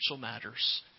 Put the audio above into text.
matters